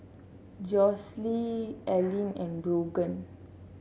Josue Ellyn and Brogan